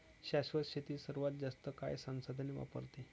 शाश्वत शेती सर्वात जास्त काळ संसाधने वापरते